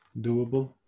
doable